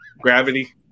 Gravity